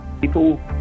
People